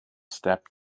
step